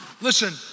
Listen